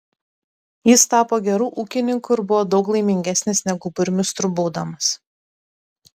jis tapo geru ūkininku ir buvo daug laimingesnis negu burmistru būdamas